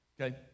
Okay